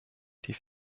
die